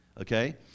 Okay